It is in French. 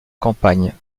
campagne